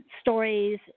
stories